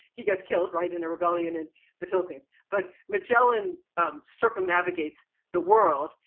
he gets killed right, in a rebellion in the philippines, but magellan circumnavigates the world.